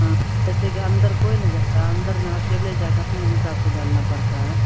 हाँ जैसे कि अंदर कोई नहीं जाता अंदर में अकेले जाके अपने हिसाब से डालना पड़ता है